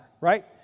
right